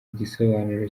igisobanuro